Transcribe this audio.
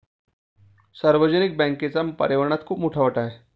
सार्वजनिक बँकेचा पर्यावरणात खूप मोठा वाटा आहे